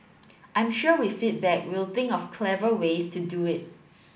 I'm sure with feedback we'll think of clever ways to do it